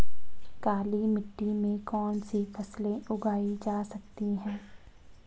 काली मिट्टी में कौनसी फसलें उगाई जा सकती हैं?